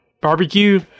Barbecue